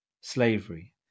slavery